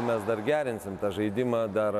mes dar gerinsim tą žaidimą dar